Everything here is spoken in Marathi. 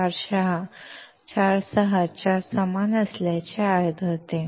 46 च्या समान असल्याचे आढळले